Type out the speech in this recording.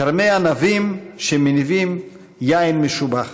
כרמי ענבים שמניבים יין משובח.